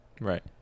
right